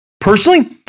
Personally